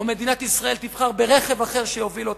או מדינת ישראל תבחר ברכב אחר שיוביל אותה.